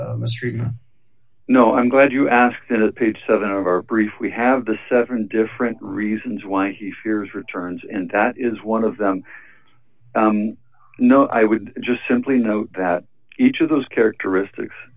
mistreated no i'm glad you asked that page seven of our brief we have the seven different reasons why he fears returns and that is one of them no i would just simply note that each of those characteristics